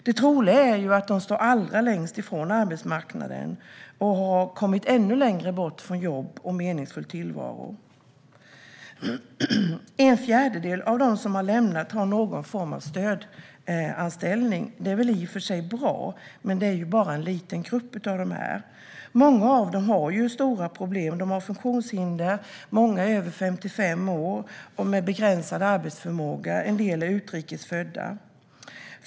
Det troliga är att de står allra längst från arbetsmarknaden och har kommit ännu längre bort från jobb och meningsfull tillvaro. En fjärdedel av dem som har lämnat har någon form av stödanställning. Det är väl i och för sig bra, men det är ju bara en liten grupp. Många av dem har stora problem, till exempel funktionshinder. Många är över 55 år och med begränsad arbetsförmåga. En del är utrikes födda.